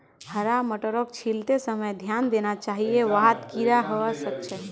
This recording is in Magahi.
हरा मटरक छीलते समय ध्यान देना चाहिए वहात् कीडा हवा सक छे